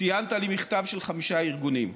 ציינת לי מכתב של חמישה ארגונים.